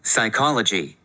Psychology